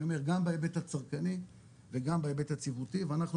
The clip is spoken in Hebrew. אני אומר גם בהיבט הצרכני וגם בהיבט היציבותי ואנחנו